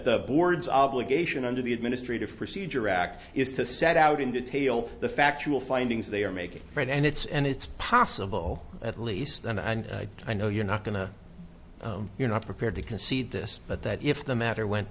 the board's obligation under the administrative procedure act is to set out in detail the factual findings they are making right and it's and it's possible at least and i know you're not going to you're not prepared to concede this but that if the matter went